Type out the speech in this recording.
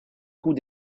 coût